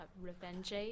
Revenge